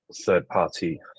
third-party